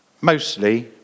Mostly